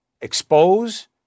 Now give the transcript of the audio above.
expose